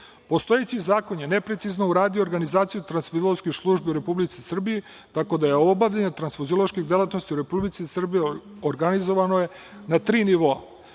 jedinica. Postojeći zakon je neprecizno uradio organizaciju tranfuziološke službe u Srbiji, tako da je obavljanje tranfuzioloških delatnosti u Republici Srbiji organizovano na tri nivoa.